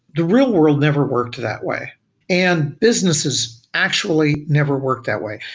the real-world never worked that way and businesses actually never work that way.